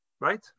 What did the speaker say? right